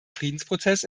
friedensprozess